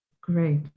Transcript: great